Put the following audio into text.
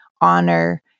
honor